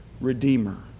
Redeemer